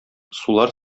сулар